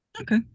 Okay